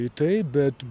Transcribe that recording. į tai bet